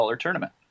tournament